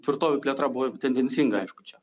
tvirtovių plėtra buvo tendencinga aišku čia